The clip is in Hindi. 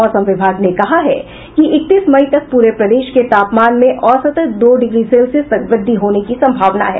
मौसम विभाग ने कहा है कि इकतीस मई तक पूरे प्रदेश के तापमान में औसत दो डिग्री सेल्सियस तक व्रद्धि होने की संभावना है